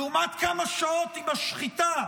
לעומת כמה שעות היא משחיתה